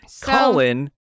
Colin